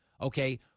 Okay